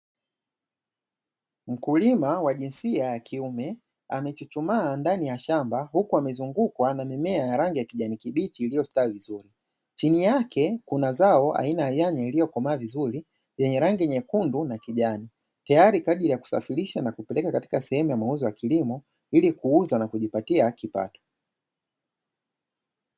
Mkulima wa jinsia ya kiume amechuchumaa ndani ya shamba, huku amezungukwa na mimea ya rangi ya kijani kibichi iliyostawi vizuri. Chini yake kuna zao aina ya yane, iliyokomaa vizuri yenye rangi nyekundu na kijani, tayari kwa ajili ya kusafirisha na kupeleka katika sehemu ya mauzo ya kilimo ili kuuza na kujipatia kipato.